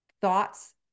thoughts